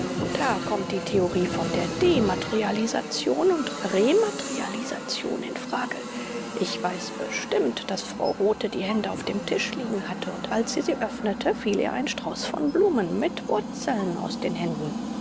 da kommt die theorie von der dematerialisation und rematerialisation in frage ich weiß bestimmt daß frau rothe die hände auf dem tisch liegen hatte und als sie sie öffnete fiel ihr ein strauß von blumen mit wurzeln aus den händen